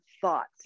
thoughts